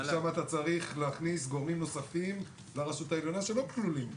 עכשיו אתה צריך להכניס גורמים נוספים לרשות העליונה שלא כלולים פה.